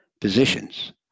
positions